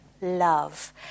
love